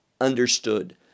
understood